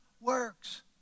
works